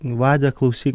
vade klausyk